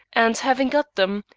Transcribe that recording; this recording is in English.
and having got them,